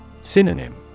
Synonym